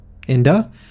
Inda